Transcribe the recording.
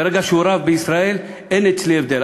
ברגע שהוא רב בישראל, אין אצלי הבדל.